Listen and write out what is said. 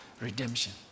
redemption